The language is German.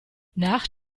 nach